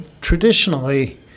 traditionally